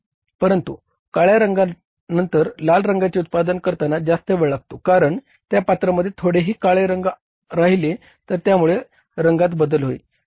परंतु काळ्या रंगानंतर लाल रंगाचे उत्पादन करताना जास्त वेळ लागतो कारण त्या पात्रामध्ये थोडेही काळे रंग राहिले तर त्यामुळे रंगात बदल होईल